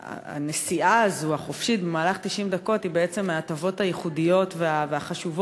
הנסיעה החופשית הזאת במהלך 90 דקות היא בעצם מההטבות הייחודיות והחשובות